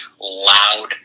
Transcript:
loud